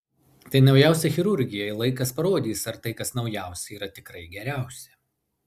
tai naujausia chirurgija ir laikas parodys ar tai kas naujausia yra tikrai geriausia